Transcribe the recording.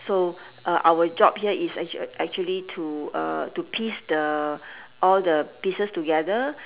so uh our job here is actua~ actually to uh to piece the all the pieces together